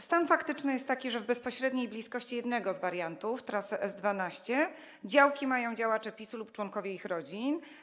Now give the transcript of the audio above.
Stan faktyczny jest taki, że w bezpośredniej bliskości jednego z wariantów trasy S12 działki mają działacze PiS lub członkowie ich rodzin.